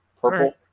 Purple